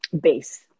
base